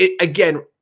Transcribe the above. again